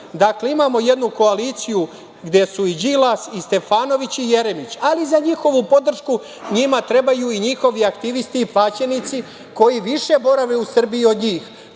Dakle, imamo jednu koaliciju gde su i Đilas, i Stefanović, i Jeremić, ali za njihovu podršku njima trebaju i njihovi aktivisti i plaćenici koji više borave u Srbiji od njih,